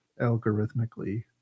algorithmically